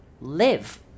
live